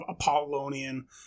Apollonian